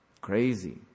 crazy